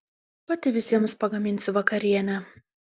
pati visiems pagaminsiu vakarienę